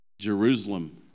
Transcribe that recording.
Jerusalem